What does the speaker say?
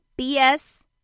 BS